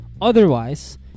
Otherwise